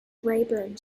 rayburn